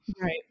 right